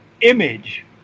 image